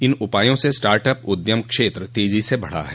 इन उपायों से start up उद्यम क्षेत्र तेजो से बढ़ा है